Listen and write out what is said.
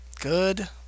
Good